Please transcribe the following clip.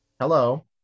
hello